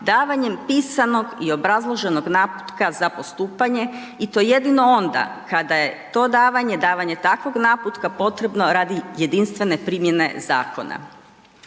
davanjem pisanog i obrazloženog naputka za postupanje i to jedino onda kada je to davanje, davanje takvog naputka potrebno radi jedinstvene primjene zakona.